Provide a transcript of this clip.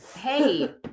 Hey